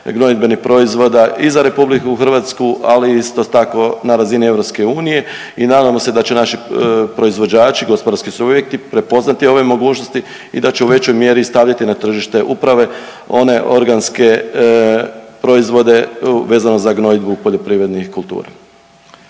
gnojidbenih proizvoda i za RH, ali isto tako na razini EU i nadamo se da će naši proizvođači gospodarski subjekti prepoznati ove mogućnosti i da će u većoj mjeri stavljati na tržište upravo one organske proizvode vezano za gnojidbu poljoprivrednih kultura.